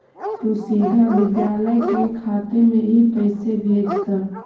तु सीधा विद्यालय के खाते में ही पैसे भेज द